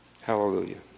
Hallelujah